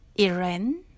Iran